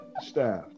staff